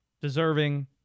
Deserving